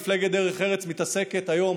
מפלגת דרך ארץ מתעסקת היום